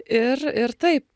ir ir taip